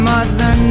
Mother